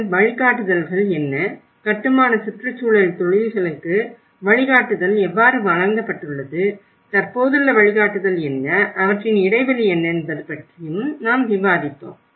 மேலும் வழிகாட்டுதல்கள் என்ன கட்டுமான சுற்றுச்சூழல் தொழில்களுக்கு வழிகாட்டுதல் எவ்வாறு வழங்கப்பட்டுள்ளது தற்போதுள்ள வழிகாட்டுதல் என்ன அவற்றின் இடைவெளி என்ன என்பது பற்றியும் நாம் விவாதித்தோம்